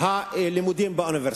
הלימודים באוניברסיטה.